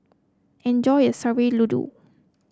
enjoy your Sayur Lodeh